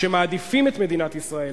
שמעדיפים את מדינת ישראל,